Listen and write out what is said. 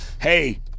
hey